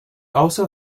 also